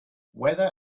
weather